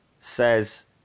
says